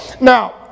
Now